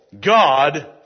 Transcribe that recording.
God